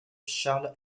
charles